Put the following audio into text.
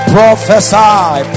Prophesy